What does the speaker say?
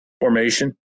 formation